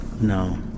No